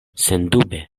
sendube